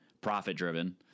profit-driven